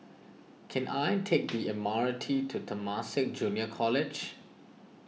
can I take the M R T to Temasek Junior College